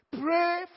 Pray